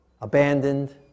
abandoned